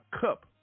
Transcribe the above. cup